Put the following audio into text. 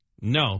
No